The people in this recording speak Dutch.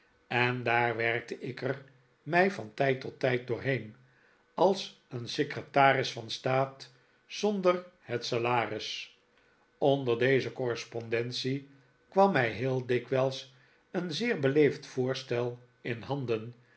en daar werkte ik er mij van tijd tot tijd doorheen als een secretaris van staat zonder het salaris onder deze correspondentie kwam mij heel dikwijls een'zeer beleefd voorstel in handen